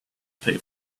pay